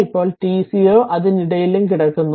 ഇപ്പോൾ t0 അതിനിടയിലും കിടക്കുന്നു